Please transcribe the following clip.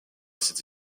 city